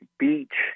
beach